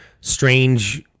strange